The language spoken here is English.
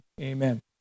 amen